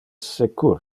secur